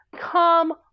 Come